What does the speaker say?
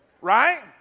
Right